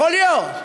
יכול להיות.